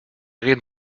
reden